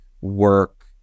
work